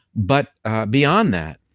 but beyond that,